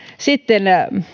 sitten